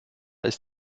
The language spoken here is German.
ist